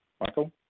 Michael